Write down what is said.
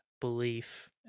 belief